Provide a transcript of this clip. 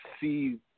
see